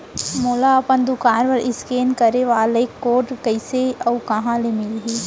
मोला अपन दुकान बर इसकेन करे वाले कोड कइसे अऊ कहाँ ले मिलही?